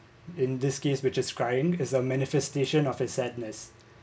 in this case which is crying is a manifestation of a sadness